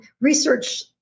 research